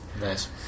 Nice